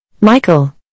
Michael